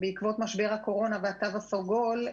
בעקבות הקורונה והקו הסגול,